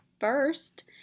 First